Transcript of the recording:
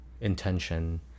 intention